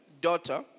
daughter